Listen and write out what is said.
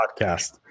podcast